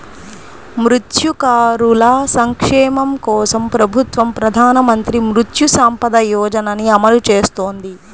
మత్స్యకారుల సంక్షేమం కోసం ప్రభుత్వం ప్రధాన మంత్రి మత్స్య సంపద యోజనని అమలు చేస్తోంది